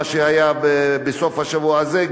מה שהיה בסוף השבוע הזה,